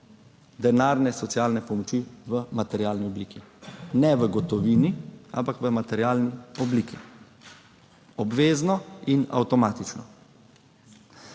denarne socialne pomoči v materialni obliki. Ne v gotovini, ampak v materialni obliki. Obvezno in avtomatično.